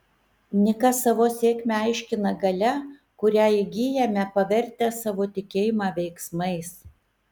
nikas savo sėkmę aiškina galia kurią įgyjame pavertę savo tikėjimą veiksmais